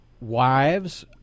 wives